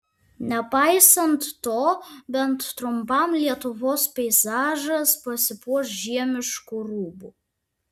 nepaisant to bent trumpam lietuvos peizažas pasipuoš žiemišku rūbu